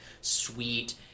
sweet